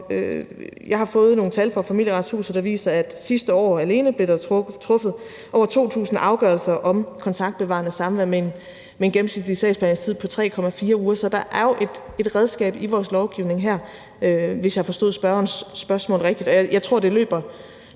Jeg har fået nogle tal fra Familieretshuset, der viser, at der sidste år alene blev truffet over 2.000 afgørelser om kontaktbevarende samvær med en gennemsnitlig sagsbehandlingstid på 3,4 uger, så der er jo et redskab i vores lovgivning her, hvis jeg forstod spørgerens spørgsmål rigtigt.